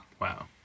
Wow